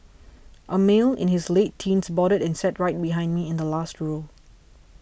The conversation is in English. a male in his late teens boarded and sat right behind me in the last row